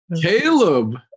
Caleb